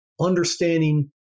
understanding